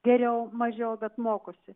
geriau mažiau bet mokosi